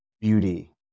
beauty